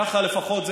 ככה לפחות,